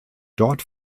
dort